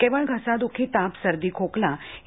केवळ घसाद्खी ताप सर्दी खोकला इ